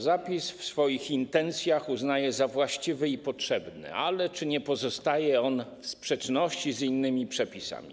Zapis w swoich intencjach uznaję za właściwy i potrzebny, ale czy nie pozostaje on w sprzeczności z innymi przepisami?